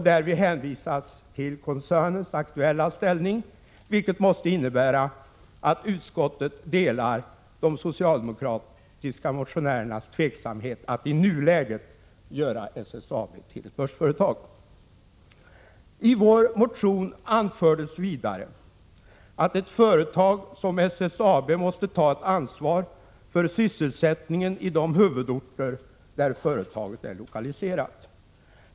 Därvid hänvisas till koncernens aktuella ställning, vilket måste innebära att utskottet delar de socialdemokratiska motionärernas tveksamhet att i nuläget göra SSAB till börsföretag. I vår motion anförs vidare att företag som SSAB måste ta ett ansvar för sysselsättningen i de huvudorter där företaget är lokaliserat.